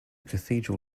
cathedral